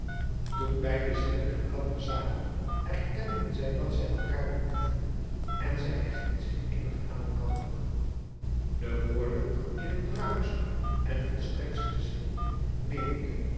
toen beide zielen elkander zagen erkenden zij dat zij elkaar behoefden en zij hechtten zich innig aan elkander de woorden in hun ruimsten en volstrektsten zin nemende